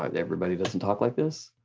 ah everybody doesn't talk like this?